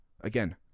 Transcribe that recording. Again